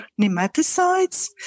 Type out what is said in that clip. nematicides